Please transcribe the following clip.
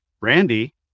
Randy